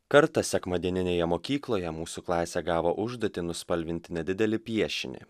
kartą sekmadieninėje mokykloje mūsų klasė gavo užduotį nuspalvinti nedidelį piešinį